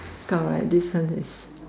correct this one is